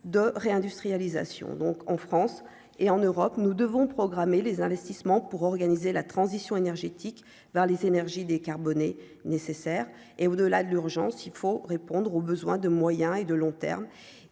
de réindustrialisation, donc en France et en Europe nous devons programmer les investissements pour organiser la transition énergétique vers les énergies décarbonnées nécessaire et au-delà de l'urgence, il faut répondre aux besoins de moyen et de long terme